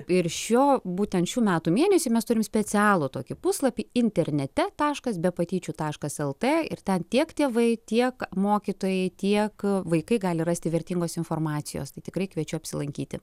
ir šio būtent šių metų mėnesį mes turim specialų tokį puslapį internete taškas be patyčių taškas lt ir ten tiek tėvai tiek mokytojai tiek vaikai gali rasti vertingos informacijos tai tikrai kviečiu apsilankyti